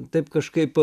taip kažkaip